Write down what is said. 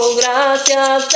gracias